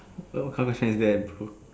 why what come say than put